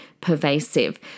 pervasive